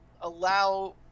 Allow